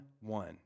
one